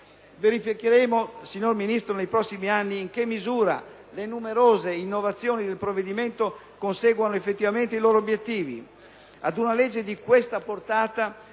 Verificheremo, signora Ministro, nei prossimi anni in che misura le numerose innovazioni del provvedimento conseguano effettivamente i loro obiettivi.